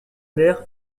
mer